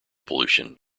pollution